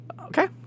Okay